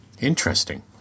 Interesting